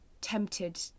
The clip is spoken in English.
tempted